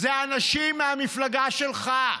זה אנשים מהמפלגה שלך,